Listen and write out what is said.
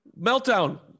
Meltdown